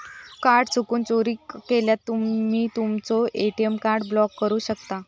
card चुकून, चोरीक गेल्यावर तुम्ही तुमचो ए.टी.एम कार्ड ब्लॉक करू शकता